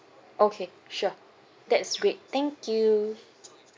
okay sure that's great thank you